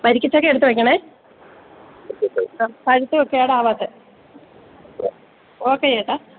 വരിക്കച്ചക്ക എടുത്ത് വെക്കണം ആ പഴുത്തത് കേടാവാത്തത് ഓക്കെ ചേട്ടാ